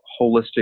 holistic